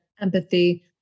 empathy